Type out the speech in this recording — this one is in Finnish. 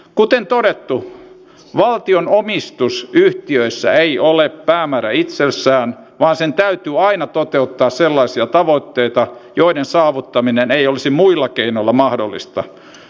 kuten todettu valtion omistus yhtiöissä ei ole päämäärä itsessään vaan sen täytyy aina toteuttaa sellaisia tavoitteita joiden saavuttaminen ei olisi muilla keinoilla mahdollista